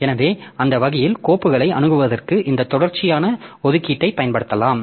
எனவே அந்த வகையில் கோப்புகளை அணுகுவதற்கு இந்த தொடர்ச்சியான ஒதுக்கீட்டைப் பயன்படுத்தலாம்